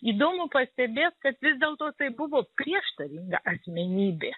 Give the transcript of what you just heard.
įdomu pastebėt kad vis dėlto tai buvo prieštaringa asmenybė